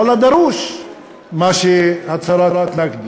ואללה, דרוש מה שבהצהרת נקדי.